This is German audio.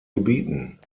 gebieten